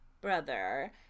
brother